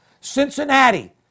Cincinnati